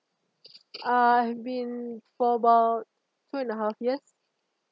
uh have been for about two and a half years